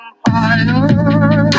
fire